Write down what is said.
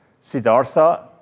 Siddhartha